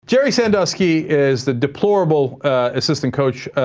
jerry sent us he is the deplorable assistant coach ah.